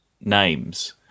names